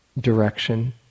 direction